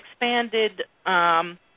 expanded –